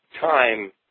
time